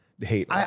hate